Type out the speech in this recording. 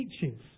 teaches